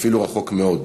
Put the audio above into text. אפילו רחוק מאוד,